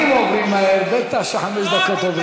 הוא לא דיבר על עבריינים.